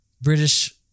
British